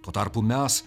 tuo tarpu mes